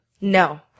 No